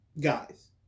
guys